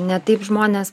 ne taip žmonės